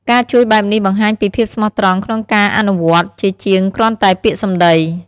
ការជួយបែបនេះបង្ហាញពី ភាពស្មោះត្រង់ក្នុងការអនុវត្ត ជាជាងគ្រាន់តែពាក្យសម្ដី។